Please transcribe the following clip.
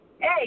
Hey